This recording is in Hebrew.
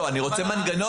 אני רוצה מנגנון.